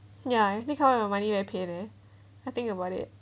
ya that kind of your money you've paid that I think about it